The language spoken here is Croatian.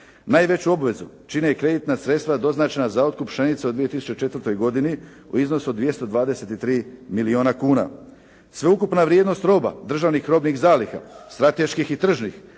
Najveću obvezu čine kreditna sredstva doznačena za otkup pšenice u 2004. godinu u iznosu od 223 milijuna kuna. Sveukupna vrijednost roba, državnih robnih zaliha, strateških i tržnih